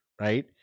Right